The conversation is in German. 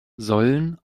sollen